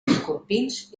escorpins